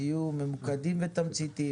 תהיו ממוקדים ותמציתיים